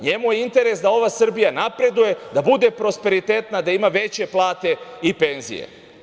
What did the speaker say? Njemu je interes da ova Srbija napreduje, da bude prosperitetna, da ima veće plate i penzije.